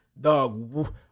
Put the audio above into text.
dog